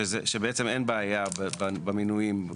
שבעצם אין בעיה במינויים.